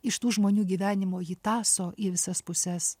iš tų žmonių gyvenimo jį tąso į visas puses